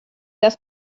das